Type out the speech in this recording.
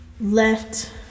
left